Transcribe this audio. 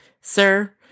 Sir